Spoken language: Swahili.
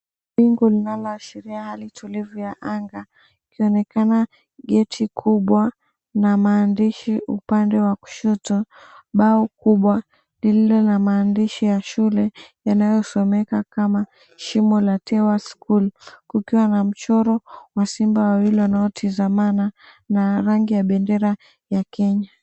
Wingu linaloashiria hali tulivu ya anga, ikionekana geti kubwa na maandishi upande wa kushoto. Bao kubwa lililo na maandishi ya shule yanayosomeka kama Shimo La Tewa School, kukiwa na mchoro wa simba wawili wanaotazama na rangi ya bendera ya Kenya.